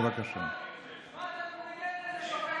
חצוף ולאומן.